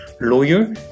lawyer